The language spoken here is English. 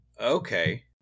Okay